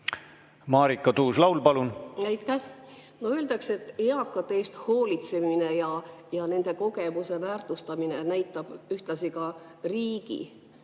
Marika Tuus-Laul, palun! Aitäh! Öeldakse, et eakate eest hoolitsemine ja nende kogemuse väärtustamine näitab ühtlasi kogu riigi